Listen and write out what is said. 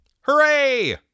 Hooray